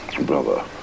brother